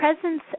presence